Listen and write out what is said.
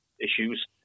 issues